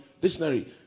dictionary